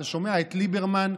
אתה שומע את ליברמן,